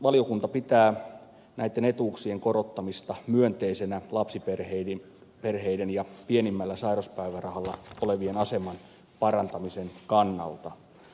valiokunta pitää näitten etuuksien korottamista myönteisenä lapsiperheiden ja pienimmällä sairauspäivärahalla olevien aseman parantamisen kannalta